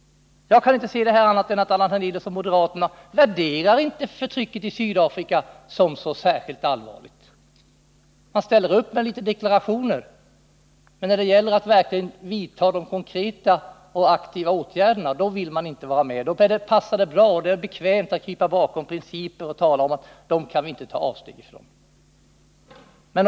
Allan Hernelius och moderaterna värderar inte förtrycket i Sydafrika som så särskilt allvarligt. Man ställer upp med några deklarationer, men när det gäller att aktivt bekämpa det och vidta konkreta åtgärder vill man inte vara med — då är det bekvämt att krypa bakom principer och hävda att man inte kan göra avsteg från dem.